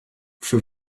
für